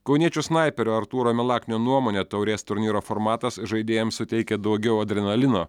kauniečių snaiperio artūro milaknio nuomone taurės turnyro formatas žaidėjams suteikia daugiau adrenalino